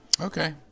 Okay